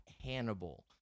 hannibal